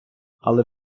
але